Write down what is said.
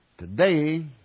today